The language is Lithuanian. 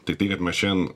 tiktai kad mes šian